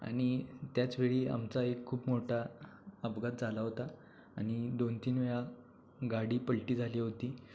आणि त्याच वेळी आमचा एक खूप मोठा अपघात झाला होता आणि दोन तीन वेळा गाडी पलटी झाली होती